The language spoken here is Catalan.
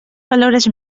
valores